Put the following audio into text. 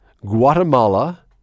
Guatemala